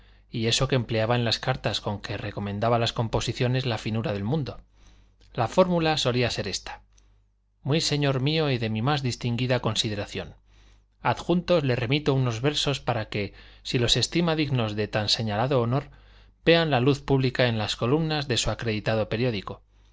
y eso que empleaba en las cartas con que recomendaba las composiciones la finura del mundo la fórmula solía ser esta muy señor mío y de mi más distinguida consideración adjuntos le remito unos versos para que si los estima dignos de tan señalado honor vean la luz pública en las columnas de su acreditado periódico